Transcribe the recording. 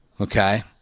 Okay